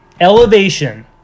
Elevation